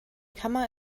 kammer